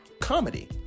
comedy